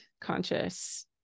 conscious